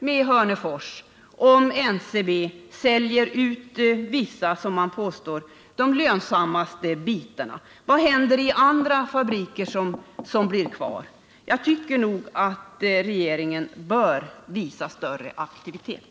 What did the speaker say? med Hörnefors om NCB säljer ut vissa av de, som man påstår, lönsammaste bitarna? Vad händer med andra fabriker som blir kvar? Jag tycker nog att regeringen bör visa större aktivitet.